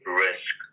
risk